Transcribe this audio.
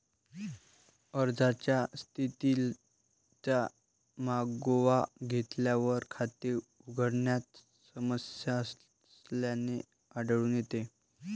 अर्जाच्या स्थितीचा मागोवा घेतल्यावर, खाते उघडण्यात समस्या असल्याचे आढळून येते